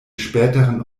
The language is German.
späteren